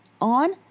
On